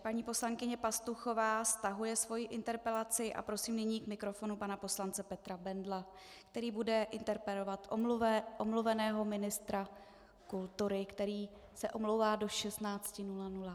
Paní poslankyně Pastuchová stahuje svoji interpelaci a prosím nyní k mikrofonu pana poslance Petra Bendla, který bude interpelovat omluveného ministra kultury, který se omlouvá do 16 hodin.